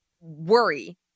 worry